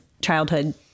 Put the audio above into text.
childhood